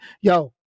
Yo